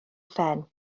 phen